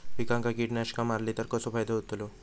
पिकांक कीटकनाशका मारली तर कसो फायदो होतलो?